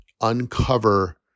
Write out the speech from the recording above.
uncover